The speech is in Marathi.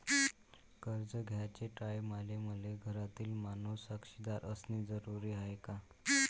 कर्ज घ्याचे टायमाले मले घरातील माणूस साक्षीदार असणे जरुरी हाय का?